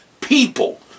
people